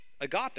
agape